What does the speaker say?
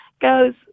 goes